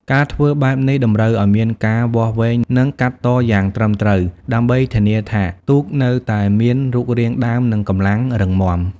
ការធ្វើបែបនេះតម្រូវឲ្យមានការវាស់វែង និងកាត់តយ៉ាងត្រឹមត្រូវ ដើម្បីធានាថាទូកនៅតែមានរូបរាងដើម និងកម្លាំងរឹងមាំ។